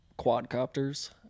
quadcopters